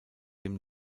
dem